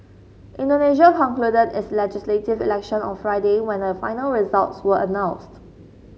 Indonesia concluded its legislative election on Friday when the final results were announced